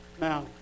Now